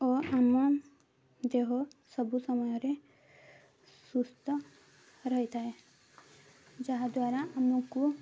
ଓ ଆମ ଦେହ ସବୁ ସମୟରେ ସୁସ୍ଥ ରହିଥାଏ ଯାହାଦ୍ୱାରା ଆମକୁ